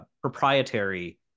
proprietary